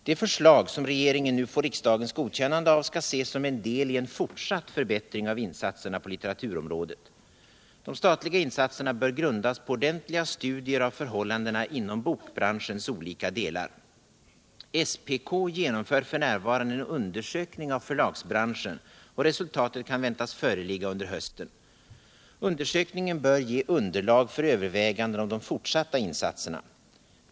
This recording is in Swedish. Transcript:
De förslag som regeringen nu får riksdagens godkännande av skall ses som en del i en fortsatt förbättring av instserna på litteraturområdet. De statliga insatserna bör grundas på ordentliga studier av förhållandena inom bokbranschens olika delar. SPK genomför f. n. en undersökning av förlagsbranschen och resultatet kan väntas föreligga under hösten. Undersökningen bör ge underlag för överväganden om de fortsatta insatserna.